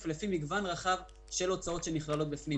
לפי מגוון רחב של הוצאות שנכללות בפנים.